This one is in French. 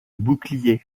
bouclier